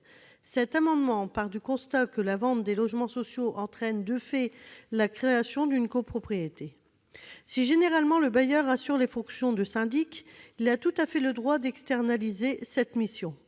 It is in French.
Cet amendement part du constat que la vente de logements sociaux entraîne, de fait, la création d'une copropriété. Si le bailleur assure généralement les fonctions de syndic, il a tout à fait le droit d'externaliser cette mission.